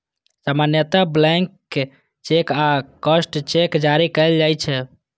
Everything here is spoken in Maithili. सामान्यतः ब्लैंक चेक आ क्रॉस्ड चेक जारी कैल जाइ छै